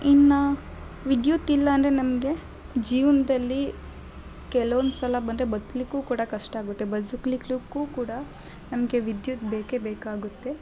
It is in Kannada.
ಇನ್ನು ವಿದ್ಯುತ್ ಇಲ್ಲ ಅಂದರೆ ನಮಗೆ ಜೀವನದಲ್ಲಿ ಕೆಲವೊಂದು ಸಲ ಬಂದರೆ ಬತ್ಲಿಕ್ಕು ಕೂಡ ಕಷ್ಟ ಆಗುತ್ತೆ ಬದಕ್ಲಿಕ್ಕು ಕೂಡ ನಮಗೆ ವಿದ್ಯುತ್ ಬೇಕೇ ಬೇಕಾಗುತ್ತೆ